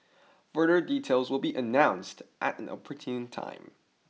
further details will be announced at an opportune time